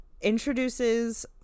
Introduces